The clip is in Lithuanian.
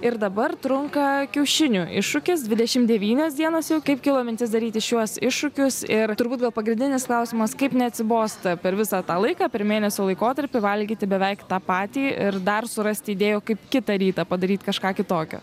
ir dabar trunka kiaušinių iššūkis dvidešimt devynios dienos jau kaip kilo mintis daryti šiuos iššūkius ir turbūt gal pagrindinis klausimas kaip neatsibosta per visą tą laiką per mėnesio laikotarpį valgyti beveik tą patį ir dar surasti idėjų kaip kitą rytą padaryt kažką kitokio